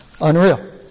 Unreal